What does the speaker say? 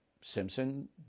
Simpson